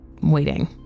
waiting